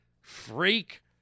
freak